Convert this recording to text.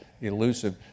elusive